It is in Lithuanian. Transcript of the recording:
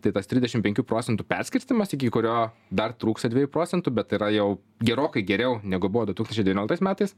tai tas trisdešim penkių procentų perskirstymas iki kurio dar trūksta dviejų procentų bet yra jau gerokai geriau negu buvo du tūkstančiai devynioliktais metais